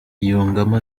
yungamo